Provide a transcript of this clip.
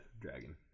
dragon